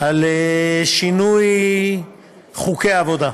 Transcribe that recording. על שינוי חוקי העבודה,